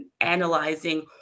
analyzing